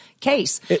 case